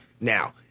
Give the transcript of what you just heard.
Now